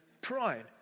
pride